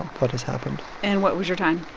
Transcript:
what has happened and what was your time?